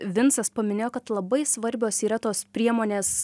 vincas paminėjo kad labai svarbios yra tos priemonės